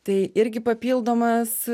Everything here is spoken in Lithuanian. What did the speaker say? tai irgi papildomas